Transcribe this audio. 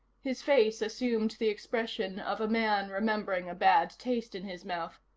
his face assumed the expression of a man remembering a bad taste in his mouth.